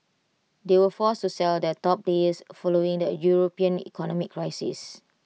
they were forced to sell their top players following the european economic crisis